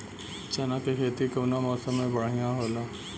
चना के खेती कउना मौसम मे बढ़ियां होला?